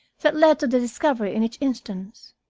that led to the discovery in each instance,